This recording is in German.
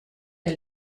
der